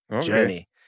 journey